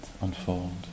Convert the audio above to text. unfold